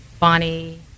Bonnie